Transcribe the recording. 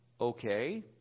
okay